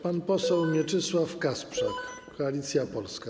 Pan poseł Mieczysław Kasprzak, Koalicja Polska.